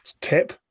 tip